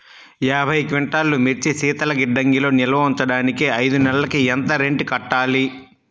యాభై క్వింటాల్లు మిర్చి శీతల గిడ్డంగిలో నిల్వ ఉంచటానికి ఐదు నెలలకి ఎంత రెంట్ కట్టాలి?